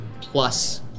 plus